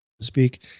speak